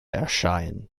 erscheinen